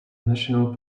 national